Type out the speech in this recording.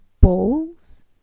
balls